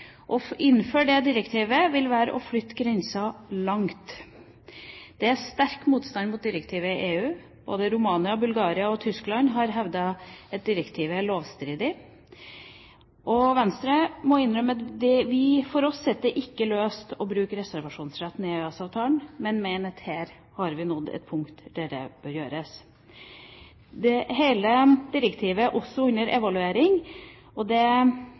Å innføre det direktivet vil være å flytte grenser langt. Det er sterk motstand mot direktivet i EU – både Romania og Bulgaria og Tyskland har hevdet at direktivet er lovstridig. Venstre må innrømme at for oss sitter det ikke løst å bruke reservasjonsretten i EØS-avtalen, men vi mener at her har vi nådd et punkt der det bør gjøres. Hele direktivet er også under evaluering, og det